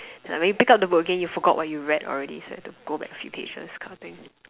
like you pick up the book again you forgot what you read already so you have to go back a few pages kind of thing